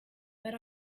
but